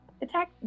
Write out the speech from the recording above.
Attack